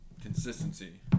Consistency